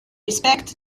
respect